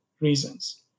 reasons